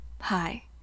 Hi